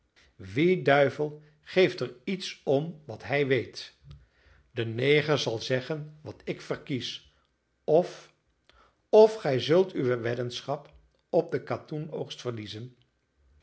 wie duivel geeft er iets om wat hij weet de neger zal zeggen wat ik verkies of of gij zult uwe weddenschap op den katoenoogst verliezen